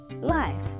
life